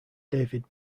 david